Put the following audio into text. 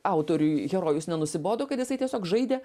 autoriui herojus nenusibodo kad jisai tiesiog žaidė